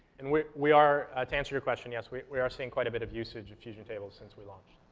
and we we are, to answer your question, yes, we we are seeing quite a bit of usage of fusion tables since we launched.